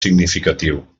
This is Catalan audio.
significatiu